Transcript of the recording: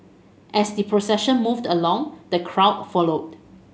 as the procession moved along the crowd followed